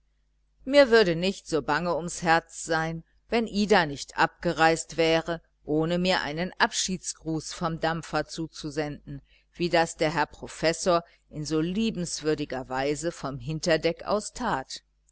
mir würde nicht so bange ums herz sein wenn nicht ida abgereist wäre ohne mir einen abschiedsgruß vom dampfer zuzusenden wie das der herr professor in so liebenswürdiger weise vom hinterdeck aus tat